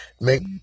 make